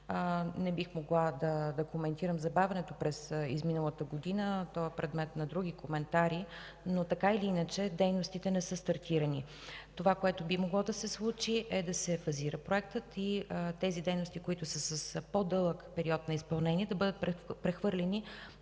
Не бих могла да коментирам забавянето през изминалата година. То е предмет на други коментари, но така или иначе дейностите не са стартирани. Това, което би могло да се случи, е да се фазира проектът и тези дейности, които са с по-дълъг период на изпълнение, да бъдат прехвърлени